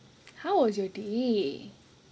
how was your day